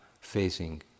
facing